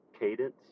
cadence